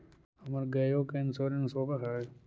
हमर गेयो के इंश्योरेंस होव है?